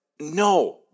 No